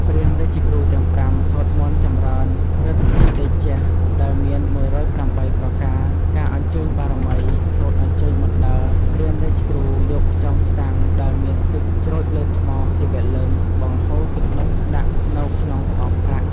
ព្រាហ្មណ៍រាជគ្រូទាំង៥ សូត្រមន្តចម្រើនឬទ្ធីតេជៈ ដែលមាន ១០៨ ប្រការ ការអញ្ជើញបារមី សូត្រអញ្ជើញបណ្ដើរ ព្រាហ្មណ៍រាជគ្រូយកខ្យងស័ង្កដែលមានទឹកច្រូចលើថ្ម សីវៈលិង្គ បង្ហូរទឹកនោះដាក់នៅក្នុងក្អមប្រាក់។